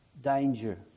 danger